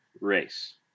race